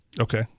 Okay